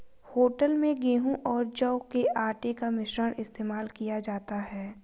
hotel में गेहूं और जौ के आटे का मिश्रण इस्तेमाल किया जाता है